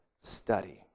study